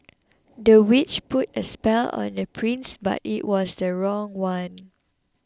the witch put a spell on the prince but it was the wrong one